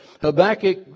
Habakkuk